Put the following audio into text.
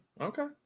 Okay